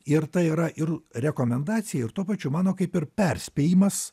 ir tai yra ir rekomendacija ir tuo pačiu mano kaip ir perspėjimas